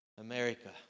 America